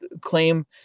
claim